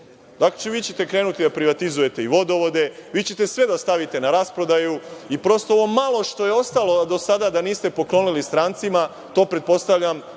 vi ćete krenuti da privatizujete i vodovode, vi ćete sve da stavite na rasprodaju i prosto ovo malo što je ostalo do sada, a da niste poklonili strancima to pretpostavljam